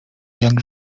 jak